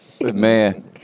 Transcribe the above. man